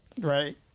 Right